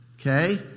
Okay